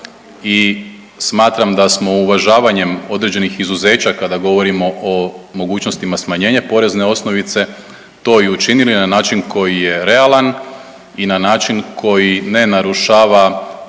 i smatram da smo uvažavanjem određenih izuzeća kada govorimo o mogućnostima smanjenja porezne osnovice to i učinili na način koji je realan i na način koji ne narušava